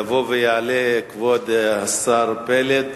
יבוא ויעלה בשם הממשלה כבוד השר פלד,